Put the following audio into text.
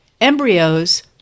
embryos